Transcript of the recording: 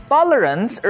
Tolerance